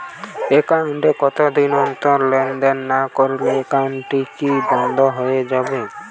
Account এ কতদিন অন্তর লেনদেন না করলে একাউন্টটি কি বন্ধ হয়ে যাবে?